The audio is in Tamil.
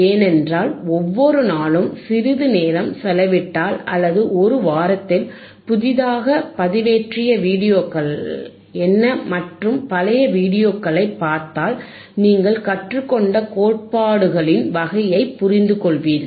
ஏனென்றால் ஒவ்வொரு நாளும் சிறிது நேரம் செலவிட்டால் அல்லது ஒரு வாரத்தில் புதிதாக பதிவேற்றிய வீடியோக்கள் என்ன மற்றும் பழைய வீடியோக்களைப் பார்த்தால் நீங்கள் கற்றுக்கொண்ட கோட்பாடுகளின் வகையை புரிந்துகொள்வீர்கள்